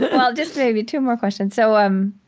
but well, just maybe two more questions. so i'm